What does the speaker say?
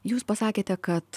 jūs pasakėte kad